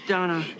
Donna